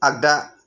आग्दा